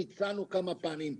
והצענו כמה פעמים,